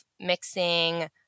mixing